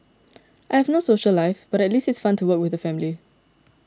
I have no social life but at least it's fun to work with the family